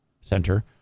center